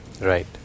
Right